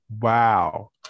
Wow